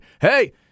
Hey